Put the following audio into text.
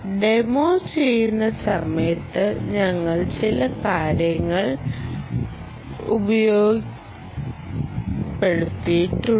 demo ചെയ്യുന്ന സമയത്ത് ഞങ്ങൾ ചില കാര്യങ്ങൾ ഉപയോഗപ്പെടുത്തിയിട്ടുണ്ട്